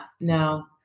No